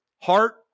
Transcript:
Heart